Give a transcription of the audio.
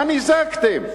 מה נזעקתם?